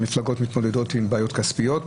המפלגות מתמודדות עם בעיות כספיות,